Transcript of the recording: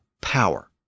power